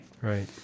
Right